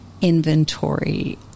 inventory